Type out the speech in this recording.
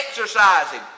exercising